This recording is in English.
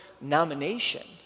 nomination